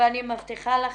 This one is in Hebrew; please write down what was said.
ואני מבטיחה לכם,